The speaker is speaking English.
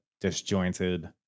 disjointed